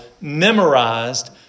memorized